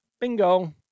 Bingo